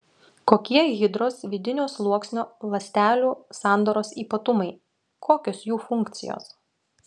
kokie hidros vidinio sluoksnio ląstelių sandaros ypatumai kokios jų funkcijos